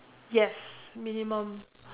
yes minimum